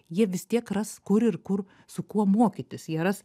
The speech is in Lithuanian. jie vis tiek ras kur ir kur su kuo mokytis jie ras